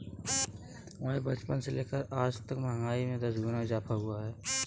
हमारे बचपन से लेकर अबतक महंगाई में दस गुना इजाफा हुआ है